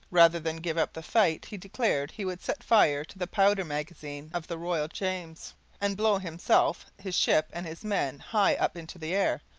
rather than give up the fight he declared he would set fire to the powder magazine of the royal james and blow himself, his ship, and his men high up into the air.